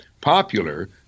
popular